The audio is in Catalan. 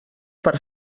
per